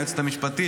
היועצת המשפטית,